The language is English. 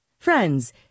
friends